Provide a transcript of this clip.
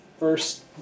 First